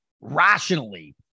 rationally